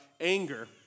anger